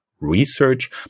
research